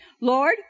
Lord